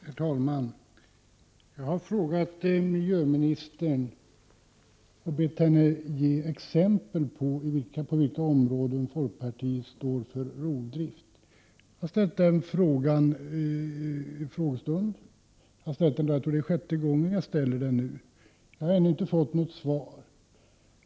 Herr talman! Jag har frågat miljöministern på vilka områden folkpartiet står för rovdrift och bett henne ge exempel. Jag har ställt den frågan bl.a. vid en frågestund, och jag tror att det nu är sjätte gången jag ställer den, men jag har ännu inte fått något svar.